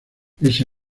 ese